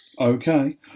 Okay